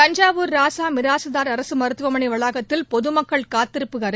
தஞ்சாவூர் ராசா மிராசுதார் அரசு மருத்துவமனை வளாகத்தில் பொதுமக்கள் காத்திருப்பு அறை